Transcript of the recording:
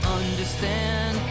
understand